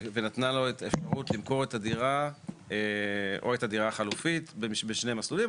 ונתנה לו את האפשרות למכור את הדירה או את הדירה החלופית בשני מסלולים.